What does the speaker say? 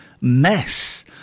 mess